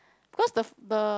cause the the